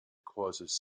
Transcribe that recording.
causes